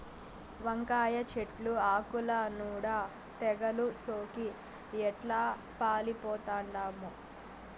వంకాయ చెట్లు ఆకుల నూడ తెగలు సోకి ఎట్లా పాలిపోతండామో